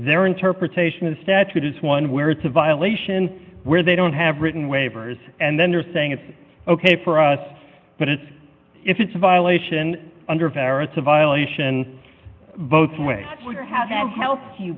their interpretation of the statute is one where it's a violation where they don't have written waivers and then they're saying it's ok for us but it's if it's a violation under fire it's a violation votes away have helped you